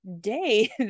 day